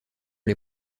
les